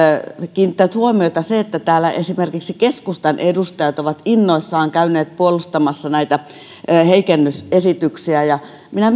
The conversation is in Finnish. kiinnittänyt huomiota se että täällä esimerkiksi keskustan edustajat ovat innoissaan käyneet puolustamassa näitä heikennysesityksiä minä